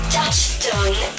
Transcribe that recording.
Touchstone